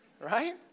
right